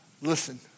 Listen